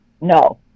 no